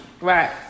Right